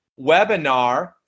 webinar